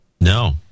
No